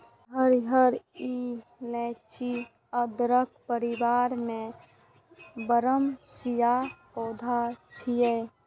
हरियर इलाइची अदरक परिवार के बरमसिया पौधा छियै